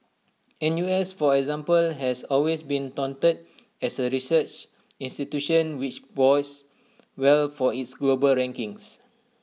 N U S for example has always been touted as A research institution which bodes well for its global rankings